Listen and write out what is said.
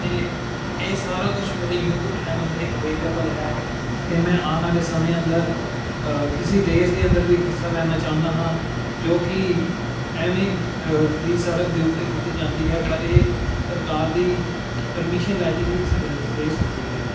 ਅਤੇ ਇਹ ਸਾਰਾ ਕੁਝ ਮੇਰੇ ਯੂਟੀਊਬ ਚੈਨਲ 'ਤੇ ਅਵੇਲੇਬਲ ਹੈ ਅਤੇ ਮੈਂ ਆਣ ਵਾਲੇ ਸਮੇਂ ਅੰਦਰ ਕਿਸੇ ਰੇਸ ਦੇ ਅੰਦਰ ਵੀ ਹਿੱਸਾ ਲੈਣਾ ਚਾਹੁੰਦਾ ਹਾਂ ਜੋ ਕਿ ਐਵੇਂ ਹੀ ਸੜਕ ਦੇ ਉੱਤੇ ਕੀਤੀ ਜਾਂਦੀ ਹੈ ਪਰ ਇਹ ਸਰਕਾਰ ਦੀ ਪਰਮਿਸ਼ਨ ਲੈ ਕੇ ਹੀ ਰੇਸ ਹੁੰਦੀ ਹੈ